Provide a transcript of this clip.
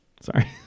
Sorry